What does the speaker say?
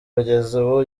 kugeza